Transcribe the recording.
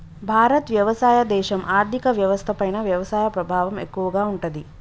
భారత్ వ్యవసాయ దేశం, ఆర్థిక వ్యవస్థ పైన వ్యవసాయ ప్రభావం ఎక్కువగా ఉంటది